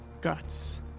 guts